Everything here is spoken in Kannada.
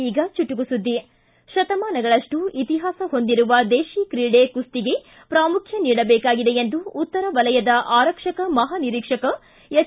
ಈಗ ಚುಟುಕು ಸುದ್ಗಿ ಶತಮಾನಗಳಷ್ಟು ಇತಿಹಾಸ ಹೊಂದಿರುವ ದೇಶ ಕ್ರೀಡೆ ಕುಸ್ತಿಗೆ ಪ್ರಾಮುಖ್ಯ ನೀಡಬೇಕಾಗಿದೆ ಎಂದು ಉತ್ತರ ವಲಯದ ಆರಕ್ಷಕ ಮಹಾನಿರೀಕ್ಷಕ ಹೆಚ್